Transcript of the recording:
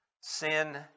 sin